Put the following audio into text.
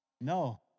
No